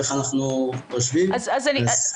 אז יש.